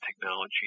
technology